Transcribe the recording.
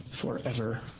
forever